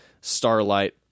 Starlight